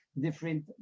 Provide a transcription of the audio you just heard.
different